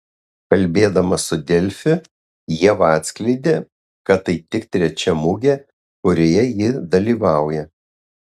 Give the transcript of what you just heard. kalbėdama su delfi ieva atskleidė kad tai tik trečia mugė kurioje ji dalyvauja